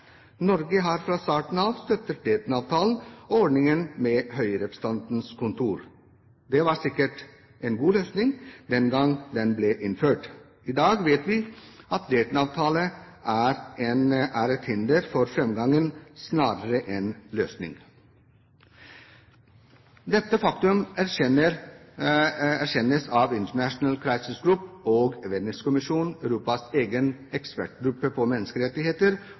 Norge har fra starten av støttet Dayton-avtalen og ordningen med høyrepresentantens kontor. Det var sikkert en god løsning den gang den ble innført. I dag vet vi at Dayton-avtalen er et hinder for framgang snarere enn en løsning. Dette faktum erkjennes av International Crisis Group og Venice Commission – Europas egen ekspertgruppe på menneskerettigheter